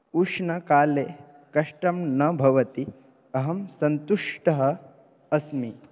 उष्णकाले कष्टं न भवति अहं सन्तुष्टः अस्मि